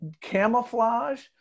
camouflage